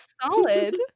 solid